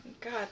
god